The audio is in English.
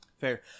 Fair